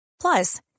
Plus